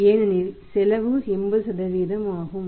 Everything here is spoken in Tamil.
ஏனெனில் செலவு 80 ஆகும்